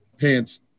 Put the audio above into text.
pants